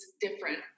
different